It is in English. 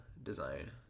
design